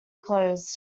closed